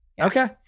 Okay